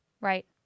right